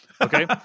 Okay